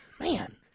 Man